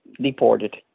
deported